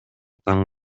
таң